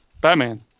Batman